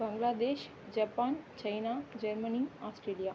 Bangladesh Japan China Germany Australia